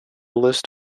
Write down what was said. list